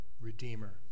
redeemer